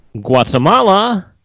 Guatemala